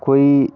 कोई